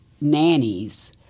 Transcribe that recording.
nannies